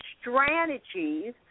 strategies